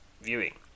viewing